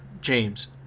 James